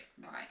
Right